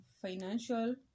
financial